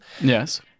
yes